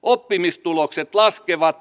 oppimistulokset laskevat